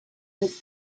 his